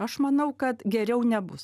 aš manau kad geriau nebus